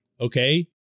okay